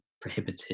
prohibited